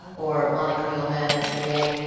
or lonnie kaomid at sba.